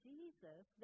Jesus